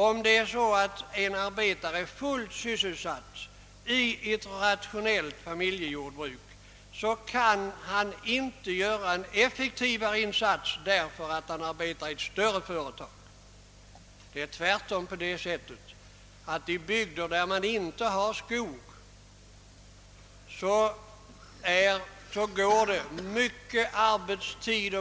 Om en arbetare är fullt sysselsatt i ett rationellt familjejordbruk skulle han inte kunna göra en effektivare insats om han arbetade i ett större företag. Tvärtom går under vintern